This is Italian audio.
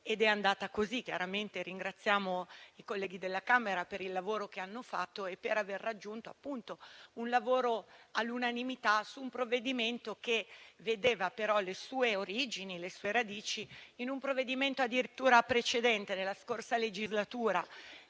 ed è andata così. Chiaramente ringraziamo i colleghi della Camera per il lavoro che hanno svolto e per aver raggiunto l'unanimità su un provvedimento che aveva, però, le sue origini e le sue radici in un altro testo addirittura precedente, della scorsa legislatura.